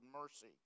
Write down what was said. mercy